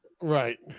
Right